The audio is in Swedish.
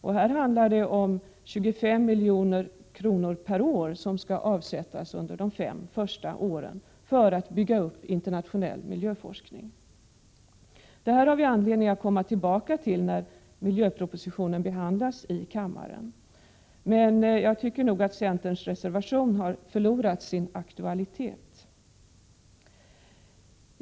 Det handlar där om avsättning av 25 milj.kr. per år under de fem första åren för utbyggnad av internationell miljöforskning. Vi har anledning att komma tillbaka till denna fråga när miljöpropositionen behandlas i kammaren, men jag tycker att centerns reservation har förlorat sin aktualitet.